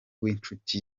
w’inshuti